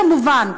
כמובן,